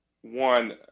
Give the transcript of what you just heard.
one